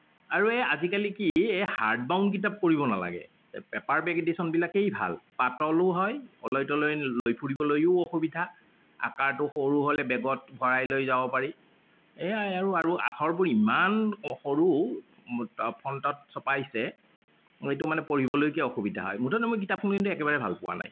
আৰু এই আজিকালি কি এই হাৰ্ড বাউণ্ড কিতাপ কৰিব নালাগে পেপাৰ পেকেডিচনবিলাকেই ভাল পাতলো হয় অ'লৈ ত'লৈ লৈ ফুৰিবলৈও অসুবিধা আকাৰটো সৰু হ'লে বেগত ভৰাই লৈ যাব পাৰি এইয়াই আৰু আৰু আখৰবোৰ ইমান সৰু ফন্টত ছপাইছে মোৰ এইটো মানে পঢ়িবলৈকে অসুবিধা হয় মুঠতে মই কিতাপখন কিন্তু একেবাৰে ভাল পোৱা নাই